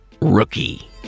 Rookie